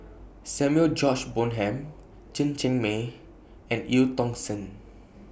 Samuel George Bonham Chen Cheng Mei and EU Tong Sen